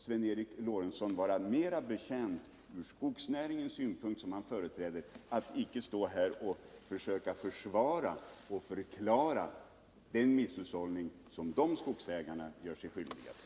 Sven Eric Lorentzon borde med tanke på skogsnäringen, som han ju företräder, icke stå här och försöka försvara och förklara den misshushållning som vissa skogsägare gör sig skyldiga till.